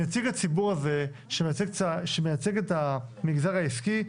נציג הציבור הזה שמייצג את המגזר העסקי,